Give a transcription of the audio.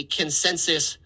consensus